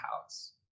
house